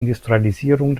industrialisierung